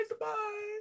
bye